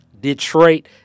Detroit